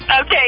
Okay